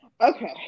Okay